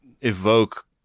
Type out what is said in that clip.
evoke